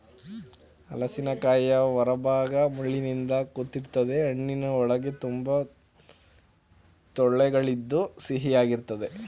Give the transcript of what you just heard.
ಹಲಸಿನಕಾಯಿಯ ಹೊರಭಾಗ ಮುಳ್ಳಿನಿಂದ ಕೂಡಿರ್ತದೆ ಹಣ್ಣಿನ ಒಳಗೆ ತುಂಬಾ ತೊಳೆಗಳಿದ್ದು ಸಿಹಿಯಾಗಿರ್ತದೆ